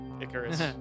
Icarus